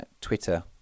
Twitter